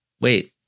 wait